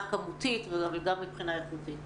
דבר שני.